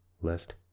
lest